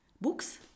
books